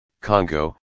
Congo